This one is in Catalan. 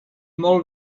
molt